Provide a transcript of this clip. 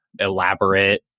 elaborate